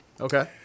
Okay